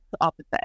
opposite